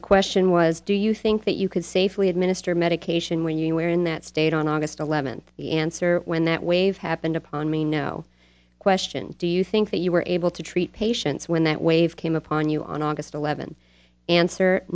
the question was do you think that you could safely administer medication when you were in that state on august eleventh the answer when that wave happened upon me no question do you think that you were able to treat patients when that wave came upon you on august eleventh answer